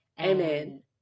Amen